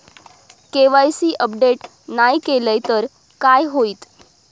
KYC update नाय केलय तर काय होईत?